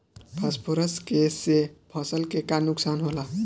Phosphorus के से फसल के का नुकसान होला?